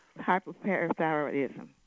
Hyperparathyroidism